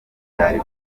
byari